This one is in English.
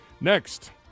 Next